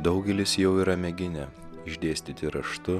daugelis jau yra mėginę išdėstyti raštu